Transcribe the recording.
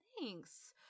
Thanks